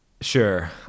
Sure